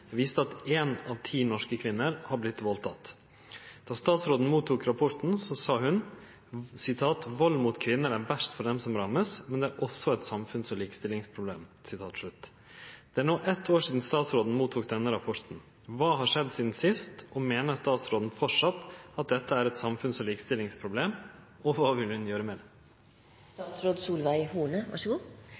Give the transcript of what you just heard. viste at én av ti norske kvinner har blitt voldtatt. Da statsråden mottok rapporten, sa hun: «Vold mot kvinner er verst for dem som rammes, men det er også et samfunns- og likestillingsproblem.» Det er nå ett år siden statsråden mottok denne rapporten. Hva har skjedd siden sist, og mener statsråden fortsatt at dette er et samfunns- og likestillingsproblem, og hva vil hun gjøre med